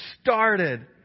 started